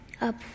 up